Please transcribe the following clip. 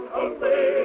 away